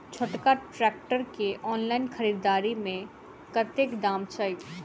छोटका ट्रैक्टर केँ ऑनलाइन खरीददारी मे कतेक दाम छैक?